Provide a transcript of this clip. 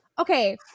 Okay